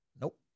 Nope